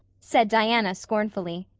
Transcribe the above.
said diana scornfully.